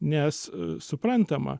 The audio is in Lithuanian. nes suprantama